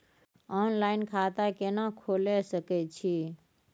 Online खाता केना खोले सकै छी?